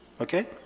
okay